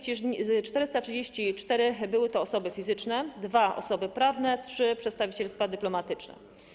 434 były to osoby fizyczne, dwa - osoby prawne, trzy - przedstawicielstwa dyplomatyczne.